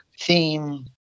theme